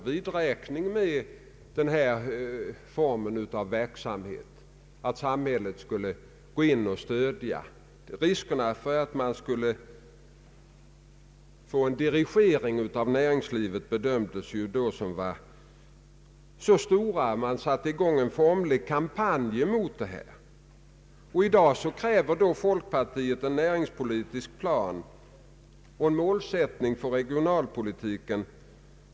När man gör vissa jämförelser märker man att vad vi saknar — vilket också framgår av ERU:s undersökningar — är städer med ett befolkningstal på 100 000. Vid internationella jämförelser märker man att vi har mindre tillgång till samhällsbildningar av den typen.